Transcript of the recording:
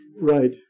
right